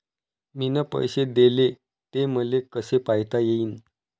मिन पैसे देले, ते मले कसे पायता येईन?